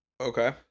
Okay